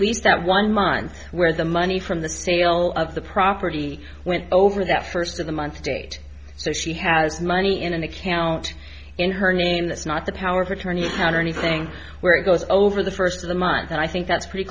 least that one month where the money from the sale of the property went over that first of the month to date so she has money in an account in her name that's not the power of attorney or anything where it goes over the first of the month and i think that's pretty